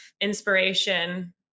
inspiration